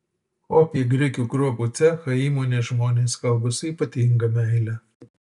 o apie grikių kruopų cechą įmonės žmonės kalba su ypatinga meile